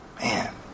Man